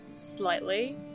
slightly